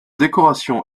décoration